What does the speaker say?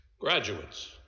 graduates